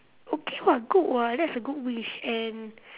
okay [what] good [what] that's a good wish and